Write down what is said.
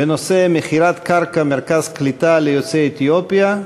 בנושא: מכירת קרקע מרכז קליטה של יוצאי אתיופיה.